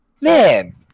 man